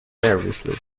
nervously